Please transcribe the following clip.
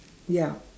ya